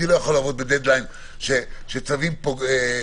אני כבר מבקש ממך שהוא יבוא לידי ביטוי בהצעת החוק בצורה כזו או אחרת